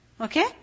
Okay